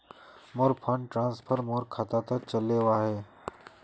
मोर fund transfer मोर खातात चले वहिये